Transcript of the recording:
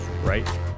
right